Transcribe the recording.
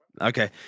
Okay